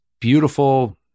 beautiful